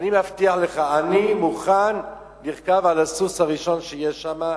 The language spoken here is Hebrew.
אני מבטיח לך: אני מוכן לרכוב על הסוס הראשון שיהיה שם,